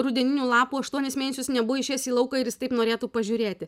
rudeninių lapų aštuonis mėnesius nebuvo išėjęs į lauką ir jis taip norėtų pažiūrėti